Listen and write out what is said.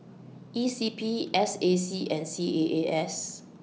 E C P S A C and C A A S